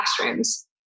classrooms